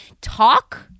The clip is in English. Talk